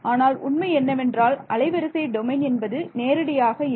ஆனால் உண்மை என்னவென்றால் அலைவரிசை டொமைன் என்பது நேரடியாக இல்லை